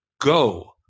go